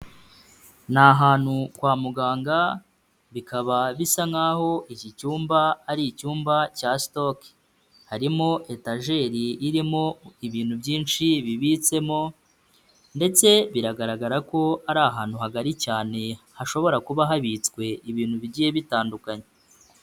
Ni hantu kwa muganga bikaba bisa nkaho iki cyumba ari icyumba cya stock. Harimo etajeri irimo ibintu byinshi bibitsemo ndetse biragaragara ko ari ahantu hagari cyane hashobora kuba habitswe ibintu bigiye bitandukanye.